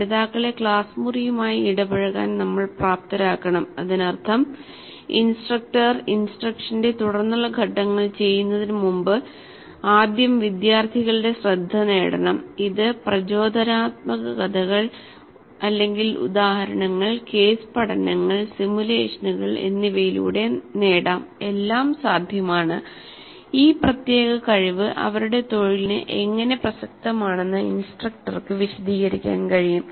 പഠിതാക്കളെ ക്ലാസ് മുറിയുമായി ഇടപഴകാൻ നമ്മൾ പ്രാപ്തരാക്കണം അതിനർത്ഥം ഇൻസ്ട്രക്ടർ ഇൻസ്ട്രക്ഷന്റെ തുടർന്നുള്ള ഘട്ടങ്ങൾ ചെയ്യുന്നതിന് മുൻപ് ആദ്യം വിദ്യാർത്ഥികളുടെ ശ്രദ്ധ നേടണം ഇത് പ്രചോദനാത്മക കഥകൾ ഉദാഹരണങ്ങൾ കേസ് പഠനങ്ങൾ സിമുലേഷനുകൾ എന്നിവയിലൂടെ നേടാം എല്ലാം സാധ്യമാണ് ഈ പ്രത്യേക കഴിവ് അവരുടെ തൊഴിലിന് എങ്ങനെ പ്രസക്തമാണെന്ന് ഇൻസ്ട്രക്ടർക്ക് വിശദീകരിക്കാൻ കഴിയും